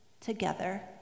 together